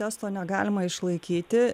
testo negalima išlaikyti